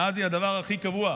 מאז היא הדבר הכי קבוע.